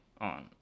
on